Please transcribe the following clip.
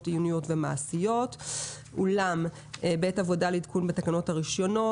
עיוניות ומעשיות אולם בעת עבודה לעדכון בתקנות הרישיונות,